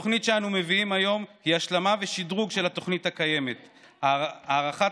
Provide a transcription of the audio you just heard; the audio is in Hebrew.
התוכנית שאנו מביאים היום היא השלמה ושדרוג של התוכנית הקיימת: הארכת